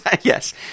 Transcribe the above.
Yes